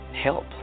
help